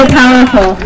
powerful